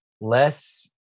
less